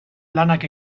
lanak